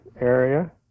area